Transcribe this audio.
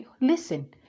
Listen